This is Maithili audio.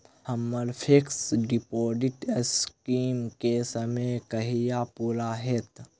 हम्मर फिक्स डिपोजिट स्कीम केँ समय कहिया पूरा हैत?